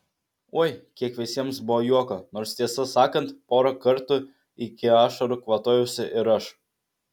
oi kiek visiems buvo juoko nors tiesą sakant porą kartų iki ašarų kvatojausi ir aš